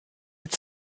mit